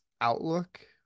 outlook